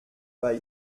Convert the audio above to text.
bei